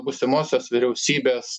būsimosios vyriausybės